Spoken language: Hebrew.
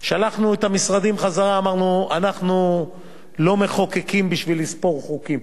שלחנו את המשרדים חזרה ואמרנו: אנחנו לא מחוקקים בשביל לספור חוקים.